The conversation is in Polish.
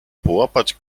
połapać